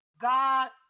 God